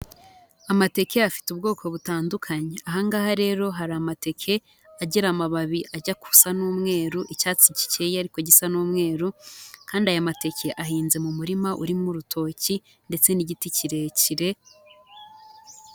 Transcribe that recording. Amateke afite ubwoko butandukanye, ahangaha rero hari amateke agira amababi ajya ku n'umweru icyatsi gikeye ariko gisa n'umweru kandi aya mateke ahinze mu murima urimo urutoki ndetse n'igiti kirekire.